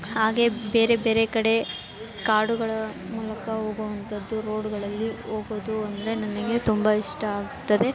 ಹಾಗೆ ಬೇರೆ ಬೇರೆ ಕಡೆ ಕಾಡುಗಳ ಮೂಲಕ ಹೋಗುವಂಥದ್ದು ರೋಡ್ಗಳಲ್ಲಿ ಹೋಗೋದು ಅಂದರೆ ನನಗೆ ತುಂಬ ಇಷ್ಟ ಆಗ್ತದೆ